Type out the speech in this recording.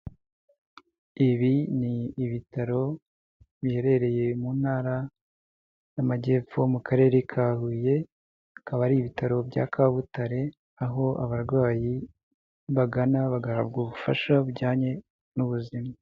Ibi ni ibitaro biherereye mu ntara y'amajyepfo mu karere ka Huye, bikaba ari ibitaro bya Kabutare, aho abarwayi bagana bagahabwa ubufasha bujyanye n'ubuzima.